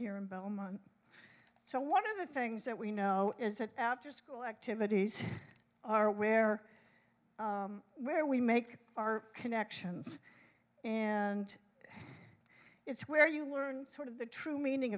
here in belmont so one of the things that we know is that after school activities are aware where we make our connections and it's where you learn sort of the true meaning